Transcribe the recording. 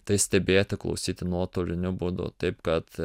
tai stebėti klausyti nuotoliniu būdu taip kad